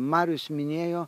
marius minėjo